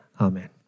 Amen